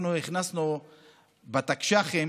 בתקש"חים